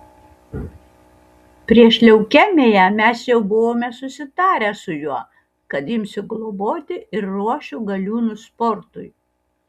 prieš leukemiją mes jau buvome susitarę su juo kad imsiu globoti ir ruošiu galiūnus sportui